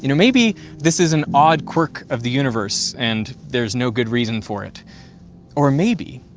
you know maybe this is an odd quirk of the universe and there's no good reason for it or maybe,